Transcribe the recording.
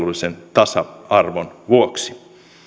tasa arvon vuoksi